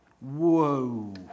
Whoa